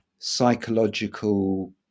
psychological